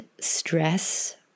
stress